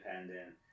independent